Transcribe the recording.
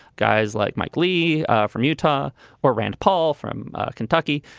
guys like mike lee from utah or rand paul from kentucky,